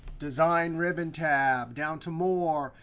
design ribbon tab, down to more,